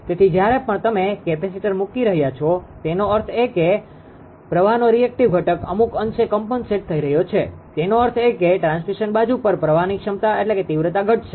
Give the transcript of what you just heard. તેથી જ્યારે પણ તમે કેપેસિટર મૂકી રહ્યાં છો તેનો અર્થ એ કે પ્રવાહનો રીએક્ટીવ ઘટક અમુક અંશે કોમ્પનસેટ થઇ રહ્યો છે તેનો અર્થ એ કે ટ્રાન્સમિશન બાજુ પર પ્રવાહની તીવ્રતા ઘટશે